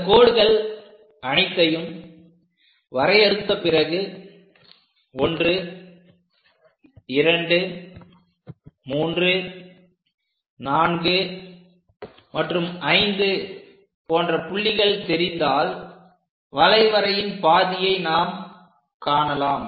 இந்த கோடுகள் அனைத்தையும் வரையறுத்த பிறகு 1 2 3 4 மற்றும் 5 போன்ற புள்ளிகள் தெரிந்தால் வளைவரையின் ஒரு பாதியை நாம் காணலாம்